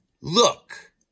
look